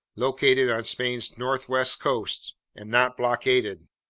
located on spain's northwest coast and not blockaded.